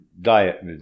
Diet